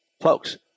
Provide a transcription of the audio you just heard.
folks